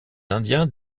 indiens